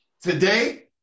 today